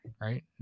right